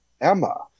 Emma